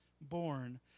born